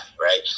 right